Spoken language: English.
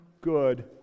good